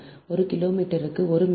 ஒரு கிலோமீட்டருக்கு 1 millihenry 0